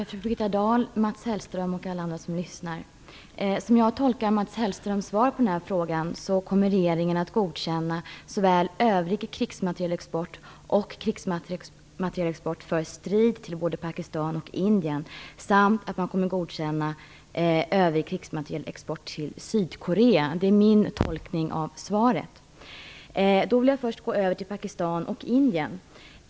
Fru Birgitta Dahl, Mats Hellström och alla andra som lyssnar! Som jag tolkar Mats Hellströms svar på den här frågan kommer regeringen att godkänna såväl övrig krigsmaterielexport som krigsmaterielexport av vapen för strid till både Pakistan och Indien. Dessutom kommer man att godkänna övrig krigsmaterielexport till Sydkorea. Det är min tolkning av svaret. Jag vill först gå över till Pakistan och Indien.